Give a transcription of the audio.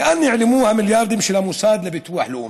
לאן נעלמו המיליארדים של המוסד לביטוח לאומי?